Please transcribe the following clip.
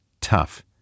Tough